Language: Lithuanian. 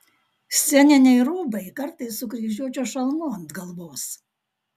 sceniniai rūbai kartais su kryžiuočio šalmu ant galvos